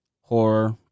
horror